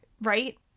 Right